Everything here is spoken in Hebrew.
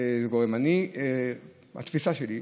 התפיסה שלי,